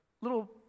little